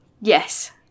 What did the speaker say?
Yes